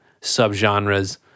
subgenres